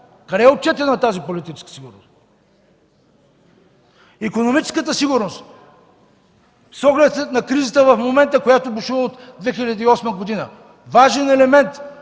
е отчетена тази политическа сигурност? Икономическата сигурност с оглед на кризата в момента, която бушува от 2008 г. – е важен елемент.